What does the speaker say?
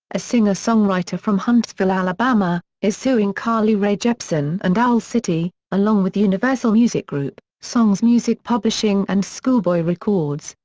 a singer-songwriter from huntsville, ala, but um ah is suing carly rae jepsen and owl city, along with universal music group, songs music publishing and schoolboy records,